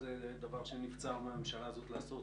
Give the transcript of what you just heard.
זה דבר שנבצר מהממשלה הזאת לעשות